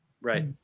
Right